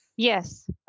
Yes